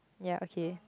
ya okay